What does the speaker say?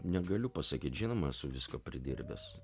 negaliu pasakyt žinoma esu visko pridirbęs